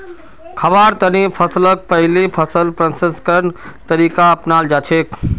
खाबार तने फसलक पहिले फसल प्रसंस्करण तरीका अपनाल जाछेक